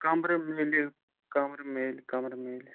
کَمرٕ میلہِ کَمرٕ میلہِ کَمرٕ میلہِ